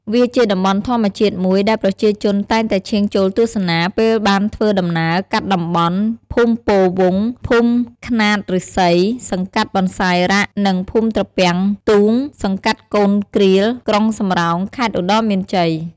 វាជាតំបន់ធម្មជាតិមួយដែលប្រជាជនតែងតែឈៀងចូលទស្សនាពេលបានធ្វើដំណើរកាត់តំបន់ ភូមិពោធិ៍វង្ស ភូមិខ្នាតឫស្សី សង្កាត់បន្សាយរាក និងភូមិត្រពាំងទូង សង្កាត់កូនគ្រៀល ក្រុងសំរោង ខេត្តឧត្តរមានជ័យ។